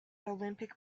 olympic